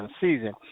season